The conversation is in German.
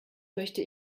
möchte